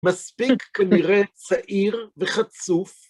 מספיק כנראה צעיר וחצוף.